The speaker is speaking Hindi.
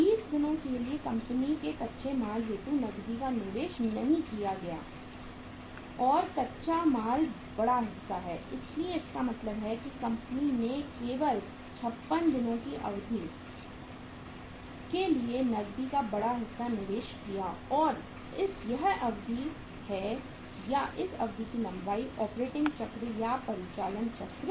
20 दिनों के लिए कंपनी ने कच्चे माल हेतु नकदी का निवेश नहीं किया है और कच्चा माल बड़ा हिस्सा है इसलिए इसका मतलब है कि कंपनी ने केवल 56 दिनों की अवधि के लिए नकदी का बड़ा हिस्सा निवेश किया है और यह अवधि है या इस अवधि की लंबाई है ऑपरेटिंग चक्र या परिचालन चक्र